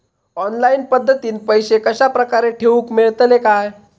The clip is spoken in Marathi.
ऑनलाइन पद्धतीन पैसे कश्या प्रकारे ठेऊक मेळतले काय?